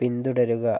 പിന്തുടരുക